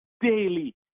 daily